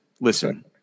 listen